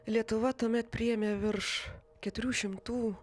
lietuva tuomet priėmė virš keturių šimtų